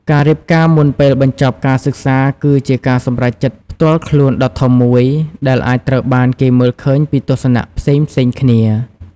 ការរៀបការមុនពេលបញ្ចប់ការសិក្សាគឺជាការសម្រេចចិត្តផ្ទាល់ខ្លួនដ៏ធំមួយ ដែលអាចត្រូវបានគេមើលឃើញពីទស្សនៈផ្សេងៗគ្នា។